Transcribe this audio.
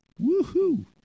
Woohoo